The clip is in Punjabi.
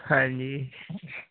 ਹਾਂਜੀ